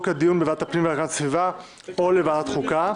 לדיון בוועדת הפנים והגנת הסביבה או לוועדת החוקה,